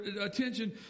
attention